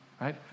right